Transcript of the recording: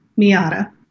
Miata